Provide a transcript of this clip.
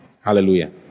Hallelujah